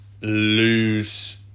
lose